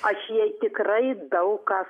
aš jai tikrai daug ką